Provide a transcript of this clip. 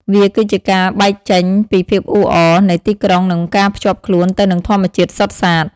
វាគឺជាការបែកចេញពីភាពអ៊ូអរនៃទីក្រុងនិងការភ្ជាប់ខ្លួនទៅនឹងធម្មជាតិសុទ្ធសាធ។